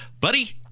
buddy